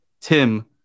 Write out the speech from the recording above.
Tim